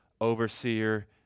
overseer